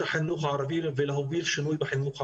החינוך הערבי ולהוביל שינוי בחינוך הערבי.